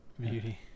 Beauty